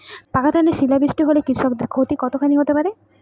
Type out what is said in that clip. পাকা ধানে শিলা বৃষ্টি হলে কৃষকের ক্ষতি কতখানি হতে পারে?